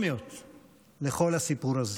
אסטרונומיות לכל הסיפור הזה.